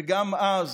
וגם אז